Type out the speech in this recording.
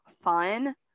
fun